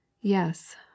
Yes